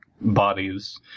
bodies